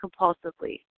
compulsively